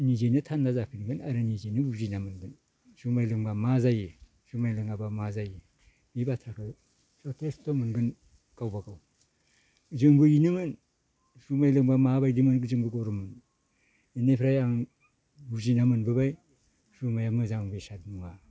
निजैनो थान्दा जाफिनगोन आरो निजैनो बुजिना मोनगोन जुमाय लोंब्ला मा जायो जुमाय लोङाब्ला मा जायो बे बाथ्राखौ जथेस्थ' मोनगोन गावबा गाव जोंबो इनोमोन जुमाय लोंब्ला माबायदिमोन जोंबो गरममोन इनिफ्राय आं बुजिना मोनबोबाय जुमायआ मोजां बेसाद नङा